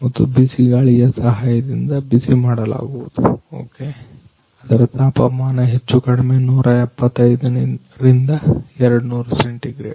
ಮತ್ತು ಬಿಸಿಗಾಳಿಯ ಸಹಾಯದಿಂದ ಬಿಸಿ ಮಾಡಲಾಗುವುದು ಅದರ ತಾಪಮಾನ ಹೆಚ್ಚುಕಡಿಮೆ 175 ನಿಂದ 200 ಸೆಂಟಿಗ್ರೇಡ್